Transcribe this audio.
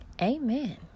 Amen